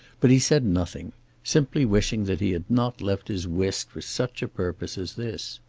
but he said nothing simply wishing that he had not left his whist for such a purpose as this.